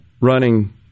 running